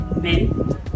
Men